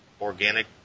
Organic